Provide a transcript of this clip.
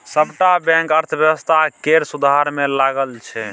सबटा बैंक अर्थव्यवस्था केर सुधार मे लगल छै